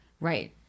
right